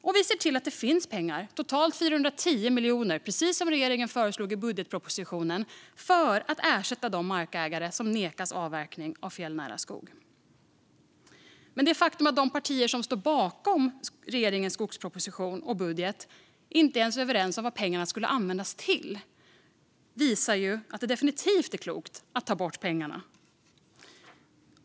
Och vi ser till att det finns pengar, totalt 410 miljoner, precis som regeringen föreslog i budgetpropositionen, för att ersätta de markägare som nekas avverkning av fjällnära skog. Men det faktum att de partier som står bakom regeringens skogsproposition och budget inte ens är överens om vad pengarna ska användas till visar att det definitivt är klokt att ta bort pengarna.